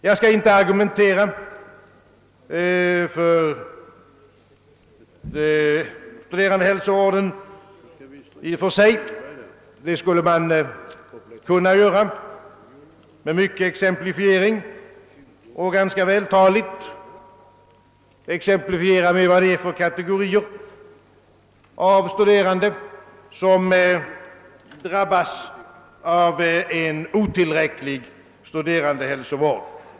Jag skall inte nu argumentera för studerandehälsovården, vilket jag annars kunnat göra ganska vältaligt och med exempel på vilka kategorier av studerande det är som drabbas av en otillräcklig studerandehälsovård.